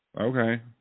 Okay